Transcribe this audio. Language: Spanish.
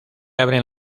abren